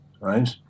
right